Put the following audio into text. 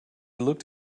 looked